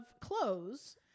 clothes